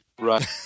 right